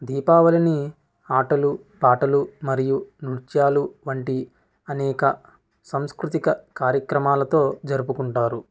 దీపావళిని ఆటలు పాటలు మరియు నృత్యాలు వంటి అనేక సాం స్కృతిక కార్యక్రమాలతో జరుపుకుంటారు